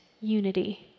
unity